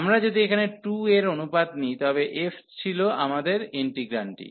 আমরা যদি এখানে 2 এর অনুপাত নিই তবে f ছিল আমাদের ইন্টিগ্রান্ডটি